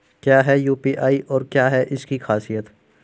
क्या है यू.पी.आई और क्या है इसकी खासियत?